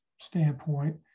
standpoint